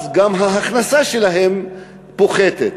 גם ההכנסה שלהם פוחתת,